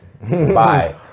bye